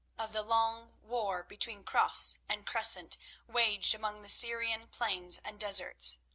of the long war between cross and crescent waged among the syrian plains and deserts.